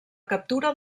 captura